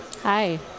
Hi